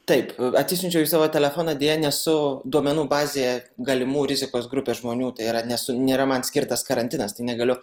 taip atsisiunčiau į savo telefoną deja nesu duomenų bazėje galimų rizikos grupės žmonių tai yra nesu nėra man skirtas karantinas tai negaliu